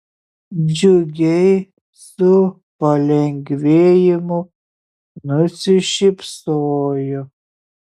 džiugiai su palengvėjimu nusišypsojo